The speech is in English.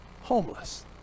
Homeless